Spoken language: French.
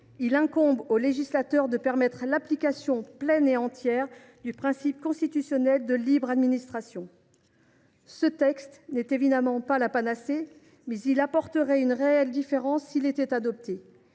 il incombe au législateur d’assurer l’application pleine et entière du principe constitutionnel de libre administration. Ce texte n’est évidemment pas la panacée, mais il ferait une réelle différence s’il était adopté.